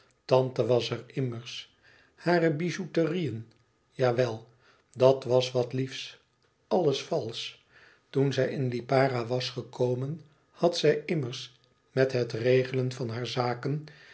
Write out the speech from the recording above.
tante was er immers hare byouterieën jawel dat was wat liefs alles valsch toen zij in lipara was gekomen had zij immers met het regelen van haar zaken